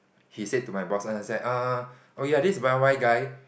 he said to my boss uh he's like uh oh ya this Y_Y guy